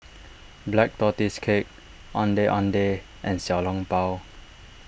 Black Tortoise Cake Ondeh Ondeh and Xiao Long Bao